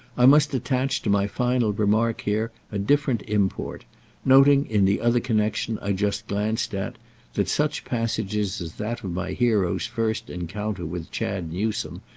i must attach to my final remark here a different import noting in the other connexion i just glanced at that such passages as that of my hero's first encounter with chad newsome,